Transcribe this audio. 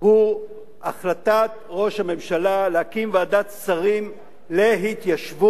הוא החלטת ראש הממשלה להקים ועדת שרים להתיישבות,